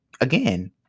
again